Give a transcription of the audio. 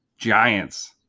Giants